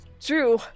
True